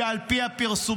שעל פי הפרסומים,